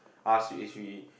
ask if we